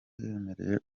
yemereye